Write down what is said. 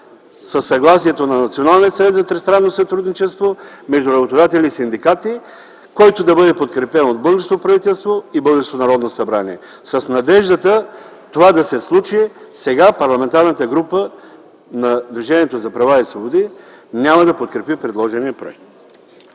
със съгласието на Националния съвет за тристранно сътрудничество между работодатели и синдикати, който да бъде подкрепен от българското правителство и българското Народно събрание. С надеждата това да се случи, сега Парламентарната група на Движението за права и свободи няма да подкрепи предложения проект.